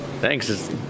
Thanks